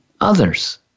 others